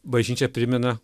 bažnyčia primena